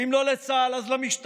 ואם לא לצה"ל אז למשטרה,